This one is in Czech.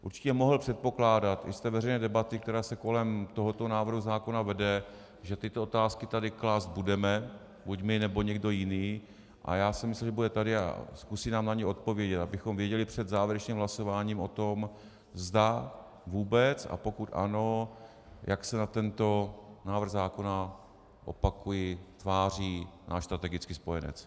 Určitě mohl předpokládat i z té veřejné debaty, která se kolem tohoto návrhu zákona vede, že tyto otázky tady klást budeme buď my, nebo někdo jiný, a já jsem si myslel, že bude tady a zkusí nám na ně odpovědět, abychom věděli před závěrečným hlasováním o tom, zda vůbec, a pokud ano, jak se na tento návrh zákona, opakuji, tváří náš strategický spojenec.